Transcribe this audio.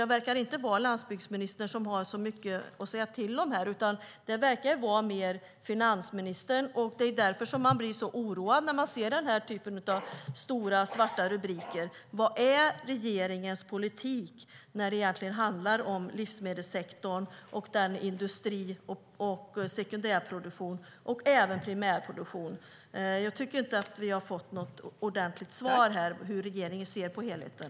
Det verkar inte som om landsbygdsministern har så mycket att säga till om här, utan det verkar mer vara finansministern. Det är därför man blir så oroad när man ser denna typ av stora och svarta rubriker. Vad är regeringens politik när det handlar om livsmedelssektorn och den industrin och när det handlar om sekundärproduktion och även primärproduktion? Jag tycker inte att vi har fått något ordentligt svar här på hur regeringen ser på helheten.